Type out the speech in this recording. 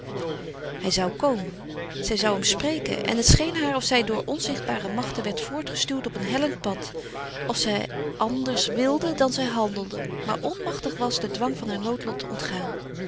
hij zou komen zij zou hem spreken en het scheen haar of zij door onzichtbare machten werd voortgestuwd op een hellend pad of zij anders wilde dan zij handelde maar onmachtig was den dwang van haar noodlot te ontgaan